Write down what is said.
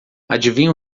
adivinha